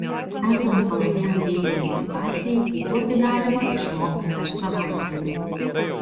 esant palankiam vėjui ir motyvacijai kaituoti galima išmokti per savaitgalį